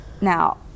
Now